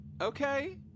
okay